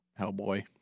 Hellboy